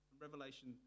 Revelation